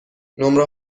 نمره